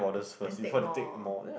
then take more